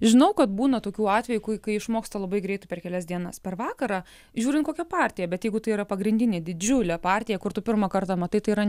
žinau kad būna tokių atvejų kai kai išmoksta labai greitai per kelias dienas per vakarą žiūrint kokią partiją bet jeigu tai yra pagrindinė didžiulė partija kur tu pirmą kartą matai tai yra